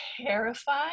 terrified